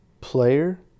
player